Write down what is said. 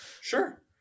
sure